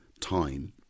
time